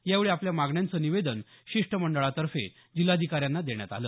यावेळी आपल्या मागण्याचं निवेदन शिष्टमंडळातर्फे जिल्हाधिकाऱ्यांना देण्यात आलं